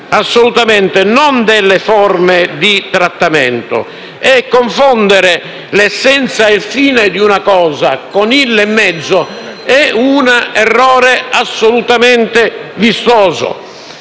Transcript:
assolutamente da considerarsi delle forme di trattamento e confondere l'essenza ed il fine di una cosa con il mezzo è un errore assolutamente vistoso.